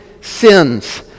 sins